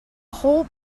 whole